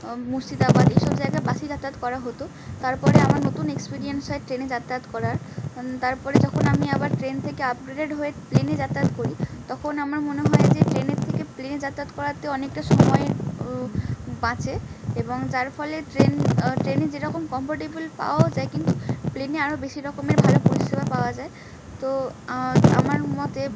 মুর্শিদাবাদ এইসব জায়গায় বাসেই যাতায়াত করা হতো তারপরে আমার নতুন এক্সপিরিয়েন্স হয় ট্রেনে যাতায়াত করার তারপরে যখন আমি আবার ট্রেন থেকে আপগ্রেডেড হয়ে প্লেনে যাত্রায়াত করি তখন আমার মনে হয় যে ট্রেনের থেকে প্লেনে যাতায়াত করাতে অনেকটা সময় বাঁচে এবং যার ফলে ট্রেন ট্রেনে যেরকম কমফর্টেবল পাওয়াও যায় কিন্তু প্লেনে আরও বেশির রকমের ভালো পরিষেবা পাওয়া যায় তো আমার মতে